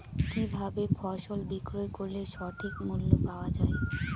কি ভাবে ফসল বিক্রয় করলে সঠিক মূল্য পাওয়া য়ায়?